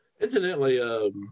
Incidentally